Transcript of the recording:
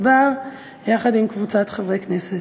גברתי היושבת-ראש, חברי חברי הכנסת,